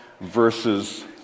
verses